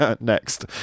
next